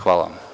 Hvala vam.